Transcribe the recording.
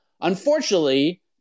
Unfortunately